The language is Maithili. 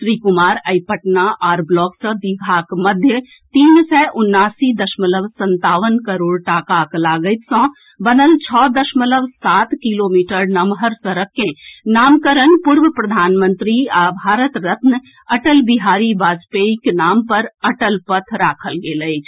श्री कुमार आई पटना आर ब्लॉक सँ दीघाक मध्य तीन सय उनासी दशमलव संतावन करोड़ टाकाक लागति सँ बनल छओ दशमलव सात किलोमीटर नम्हर सड़क कँ नामकरण पूर्व प्रधानमंत्री आ भारत रत्न अटल बिहारी वाजपेयीक नाम पर अटल पथ राखल गेल अछि